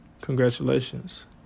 Congratulations